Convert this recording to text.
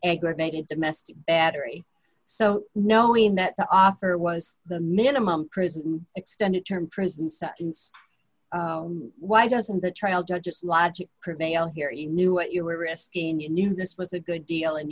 aggravated domestic battery so knowing that the offer was the minimum prison extended term prison sentence why doesn't the trial judge its logic prevail here you knew what you were risking you knew this was a good deal and